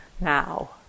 now